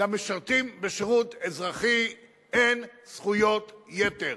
למשרתים בשירות אזרחי אין זכויות יתר,